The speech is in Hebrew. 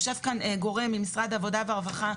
יושב כאן גורם ממשרד העבודה והרווחה,